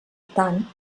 tant